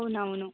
అవునావును